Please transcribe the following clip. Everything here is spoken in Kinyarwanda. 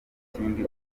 kindi